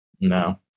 No